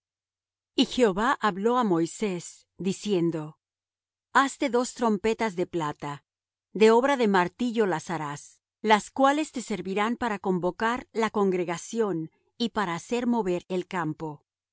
y jehova habló á moisés diciendo hazte dos trompetas de plata de obra de martillo las harás las cuales te servirán para convocar la congregación y para hacer mover el campo y